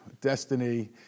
destiny